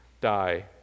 die